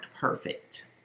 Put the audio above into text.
perfect